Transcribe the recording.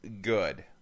good